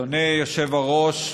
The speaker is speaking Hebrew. אדוני היושב-ראש,